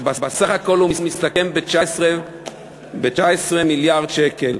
ובסך הכול הוא מסתכם ב-19 מיליארד שקל.